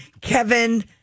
Kevin